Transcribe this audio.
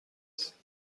است